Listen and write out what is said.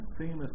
famous